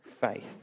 faith